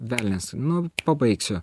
velnias nu pabaigsiu